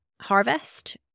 harvest